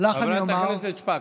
הכנסת שפק,